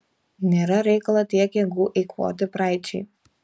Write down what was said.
nėra reikalo tiek jėgų eikvoti praeičiai